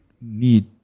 need